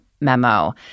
memo